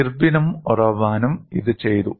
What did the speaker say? ഇർവിനും ഒറോവാനും ഇത് ചെയ്തു